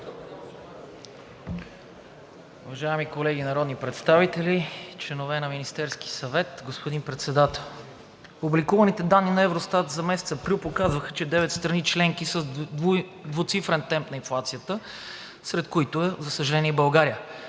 Уважаеми колеги народни представители, членове на Министерския съвет, господин Председател, публикуваните данни на Евростат за месец показваха, че девет страни членки са с двуцифрен темп на инфлацията, сред които, за съжаление, е и България.